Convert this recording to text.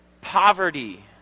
poverty